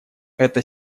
эта